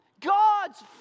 God's